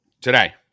Today